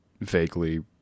vaguely